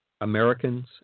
Americans